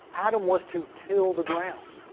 adam was to till the ground.